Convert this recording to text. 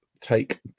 take